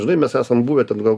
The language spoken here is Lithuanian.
žinai mes esam buvę ten gal